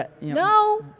No